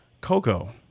Coco